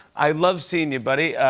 i love seeing you, buddy.